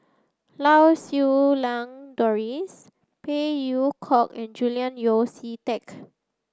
Lau Siew Lang Doris Phey Yew Kok and Julian Yeo See Teck